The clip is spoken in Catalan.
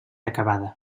acabada